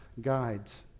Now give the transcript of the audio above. guides